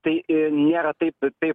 tai nėra taip taip